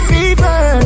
Fever